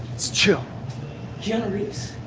it's chill generous.